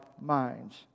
minds